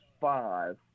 five